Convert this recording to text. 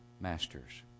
masters